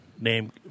name